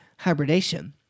hybridation